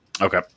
Okay